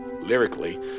Lyrically